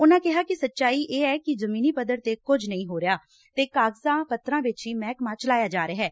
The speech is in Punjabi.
ਉਨੁਾਂ ਕਿਹਾ ਕਿ ਸਚਾਈ ਇਹ ਐ ਕਿ ਜ਼ਮੀਨੀ ਪੱਧਰ ਤੇ ਕੁਝ ਨਹੀ ਹੋ ਰਿਹਾ ਤੇ ਕਾਗਜਾਂ ਪੱਤਰਾਂ ਚ ਹੀ ਮਹਿਕਮਾ ਚਲਾਇਆ ਜਾ ਰਿਹੈ